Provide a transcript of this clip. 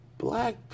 Black